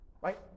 Right